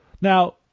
Now